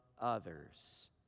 others